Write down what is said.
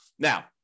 Now